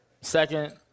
second